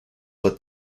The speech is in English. let